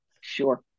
Sure